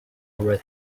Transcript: over